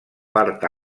part